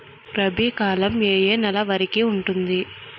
రబీ కాలం ఏ ఏ నెల వరికి ఉంటుంది?